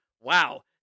wow